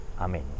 Amen